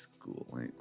school